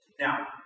Now